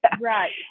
Right